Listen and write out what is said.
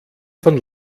von